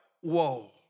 whoa